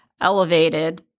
elevated